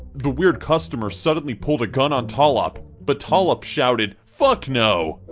the weird customer suddenly pulled a gun on tolop. but tolop shouted, fuck no!